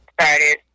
started